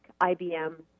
IBM